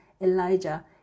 Elijah